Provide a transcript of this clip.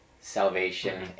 salvation